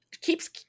keeps